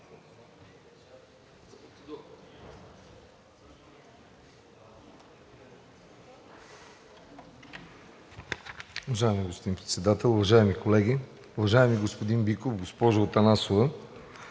Уважаеми господин Председател, уважаеми колеги, уважаеми господин Биков, госпожо Атанасова!